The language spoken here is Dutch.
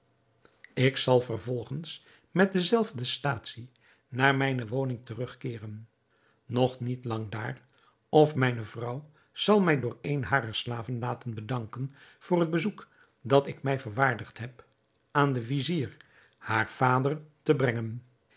ik zal vervolgens met de zelfde statie naar mijne woning terugkeeren nog niet lang daar of mijne vrouw zal mij door een harer slaven laten bedanken voor het bezoek dat ik mij verwaardigd heb aan den vizier haar vader te brengen